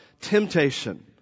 temptation